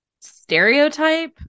stereotype